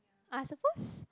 I suppose